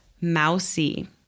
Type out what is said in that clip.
mousy